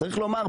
צריך לומר,